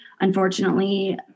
Unfortunately